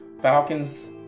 Falcons